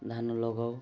ଧାନ ଲଗାଉ